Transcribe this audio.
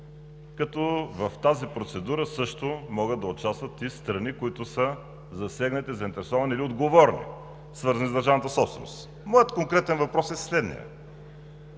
като в тази процедура също могат да участват и страни, които са засегнати, заинтересовани или отговорни, свързани с държавната собственост. Моят конкретен въпрос е следният: